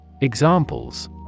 Examples